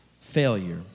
failure